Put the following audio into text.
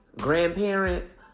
grandparents